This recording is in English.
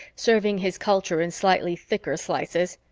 serving his culture in slightly thicker slices,